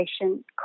patient